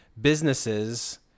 businesses